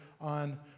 on